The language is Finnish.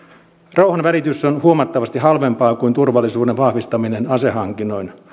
rauhanvälitys on huomattavasti halvempaa kuin turvallisuuden vahvistaminen asehankinnoin